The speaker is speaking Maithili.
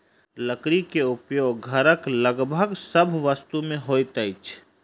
लकड़ी के उपयोग घरक लगभग सभ वस्तु में होइत अछि